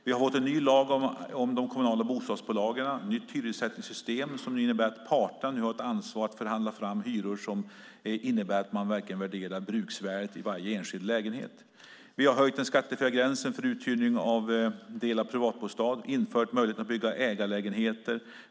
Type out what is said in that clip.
Vi har en ny lag om de kommunala bostadsbolagen och ett nytt hyressättningssystem som innebär att parterna nu har ett ansvar att förhandla fram hyror som innebär att man verkligen värderar bruksvärdet i varje enskild lägenhet. Vi har höjt gränsen för uthyrning av del av privatbostad skattefritt och infört möjligheten att bygga ägarlägenheter.